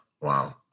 wow